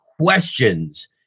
questions